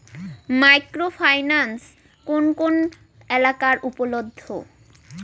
Micro finance কোন কোন এলাকায় উপলব্ধ?